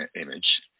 image